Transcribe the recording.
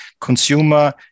consumer